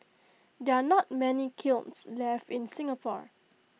there are not many kilns left in Singapore